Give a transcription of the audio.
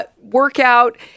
workout